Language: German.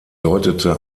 deutete